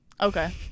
okay